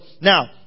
Now